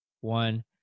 one